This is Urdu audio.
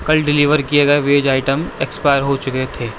کل ڈلیور کیے گئے ویج آئٹم ایکسپائر ہو چکے تھے